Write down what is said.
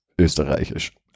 Österreichisch